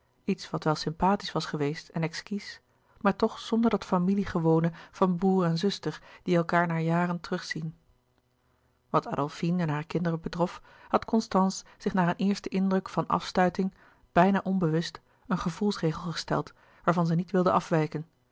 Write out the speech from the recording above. iets wat wel sympatisch was geweest en exquis maar toch zonder dat familie gewone van broêr en zuster die elkaâr na jaren terugzien wat adolfine en hare kinderen betrof had constance zich na een eersten indruk van louis couperus de boeken der kleine zielen afstuiting bijna onbewust een gevoelsregel gesteld waarvan zij niet wilde afwijken